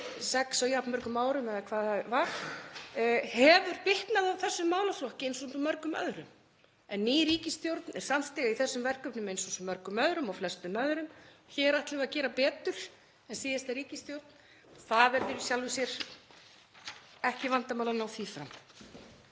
sex á jafnmörgum árum eða hvað það var, hefur bitnað á þessum málaflokki eins og svo mörgum öðrum, en ný ríkisstjórn er samstiga í þessum verkefnum eins og svo mörgum öðrum og flestum öðrum. Hér ætlum við að gera betur en síðasta ríkisstjórn, það verður í sjálfu sér ekki vandamál að ná því fram.